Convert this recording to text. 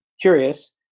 curious